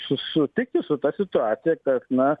sutiki su ta situacija kad na